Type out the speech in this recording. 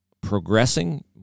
progressing